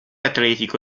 atletico